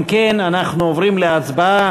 אם כן, אנחנו עוברים להצבעה.